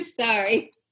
sorry